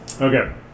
Okay